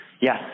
Yes